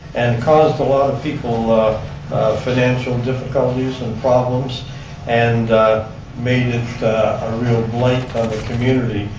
and it caused a lot of people financial difficulties and problems and made it a real blight on the community,